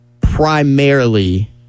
primarily